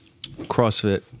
CrossFit